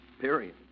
period